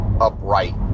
upright